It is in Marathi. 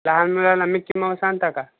लहान मुलाला अमितची माव सांगता का